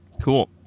cool